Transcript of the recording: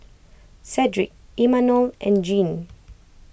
Cedric Imanol and Jean